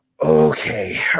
Okay